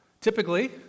Typically